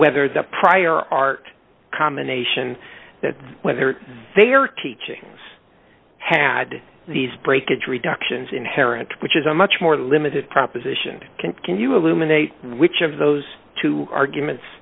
whether the prior art combination that whether they are teaching had these breakage reductions inherent which is a much more limited proposition can you alumina a which of those two arguments